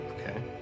Okay